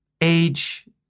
age